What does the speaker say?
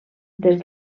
des